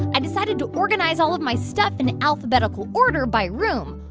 i decided to organize all of my stuff in alphabetical order by room,